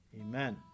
Amen